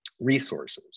resources